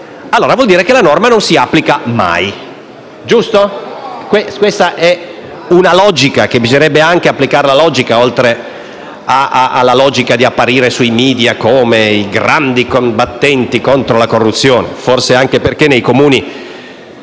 allora vuol dire che la norma non si applica mai. Questa è logica; bisognerebbe anche applicare la logica, oltre a cercare di apparire sui *media* come grandi combattenti contro la corruzione. Forse anche perché nei Comuni